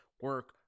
Work